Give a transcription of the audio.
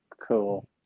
Cool